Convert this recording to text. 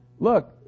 Look